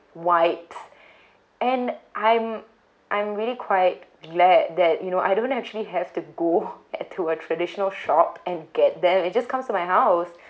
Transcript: wipes and I'm I'm really quite glad that you know I don't actually have to go at to a traditional shop and get them it just comes to my house